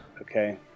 Okay